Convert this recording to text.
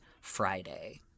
Friday